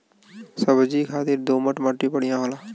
सब्जी खातिर दोमट मट्टी बढ़िया होला